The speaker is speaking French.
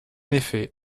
effet